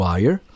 Wire